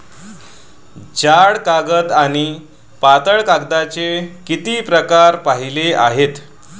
जाड कागद आणि पातळ कागदाचे किती प्रकार पाहिले आहेत?